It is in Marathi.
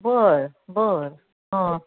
बरं बरं हां